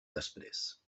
després